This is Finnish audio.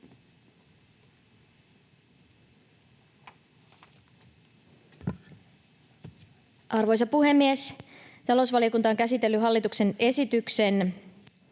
arvoisa puhemies! Talousvaliokunta on käsitellyt hallituksen esityksen